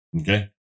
okay